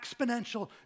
exponential